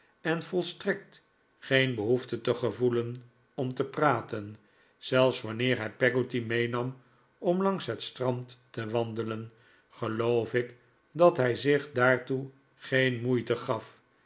en volstrekt geen behoefte te voelen om te praten zelfs wanneer hij peggotty meenam om langs het strand te wandelen geloof ik dat hij zich daartoe geen moeite gaf